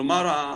כלומר,